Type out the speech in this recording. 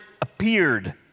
appeared